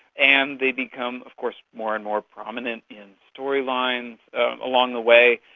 and they become of course more and more prominent in storylines along the way.